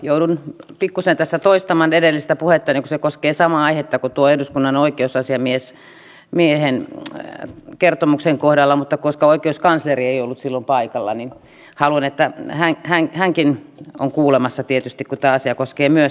joudun pikkuisen tässä toistamaan edellistä puhettani kun se koskee samaa aihetta kuin eduskunnan oikeusasiamiehen kertomuksen kohdalla mutta koska oikeuskansleri ei ollut silloin paikalla haluan tietysti että hänkin on kuulemassa kun tämä asia koskee myös häntä